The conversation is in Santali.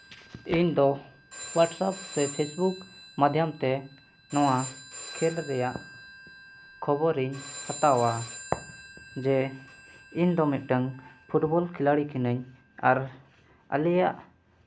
ᱤᱧ ᱫᱚ ᱦᱳᱣᱟᱴᱥᱮᱯ ᱥᱮ ᱯᱷᱮᱥᱵᱩᱠ ᱢᱟᱭᱫᱷᱚᱢ ᱛᱮ ᱱᱚᱣᱟ ᱠᱷᱮᱞ ᱨᱮᱭᱟᱜ ᱠᱷᱚᱵᱚᱨᱤᱧ ᱦᱟᱛᱟᱣᱟ ᱡᱮ ᱤᱧ ᱫᱚ ᱢᱤᱫᱴᱟᱝ ᱯᱷᱩᱴᱵᱚᱞ ᱠᱷᱮᱞᱟᱲᱤ ᱠᱟᱹᱱᱟᱹᱧ ᱟᱨ ᱟᱞᱮᱭᱟᱜ